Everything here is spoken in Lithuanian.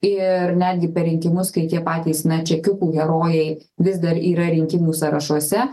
ir netgi per rinkimus kai tie patys na čekiukų herojai vis dar yra rinkimų sąrašuose